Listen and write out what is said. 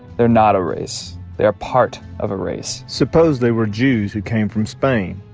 they're not a race. they're part of a race suppose they were jews who came from spain.